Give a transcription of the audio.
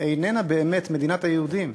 איננה באמת מדינת היהודים,